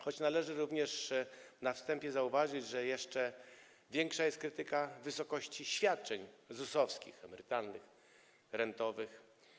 Choć należy również na wstępie zauważyć, że jeszcze większa jest krytyka wysokości świadczeń ZUS-owskich, emerytalnych, rentowych.